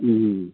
ꯎꯝ ꯎꯝ